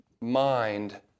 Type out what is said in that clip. mind